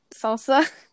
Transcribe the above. salsa